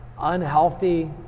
unhealthy